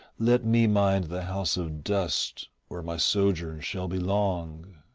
let me mind the house of dust where my sojourn shall be long.